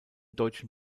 deutschen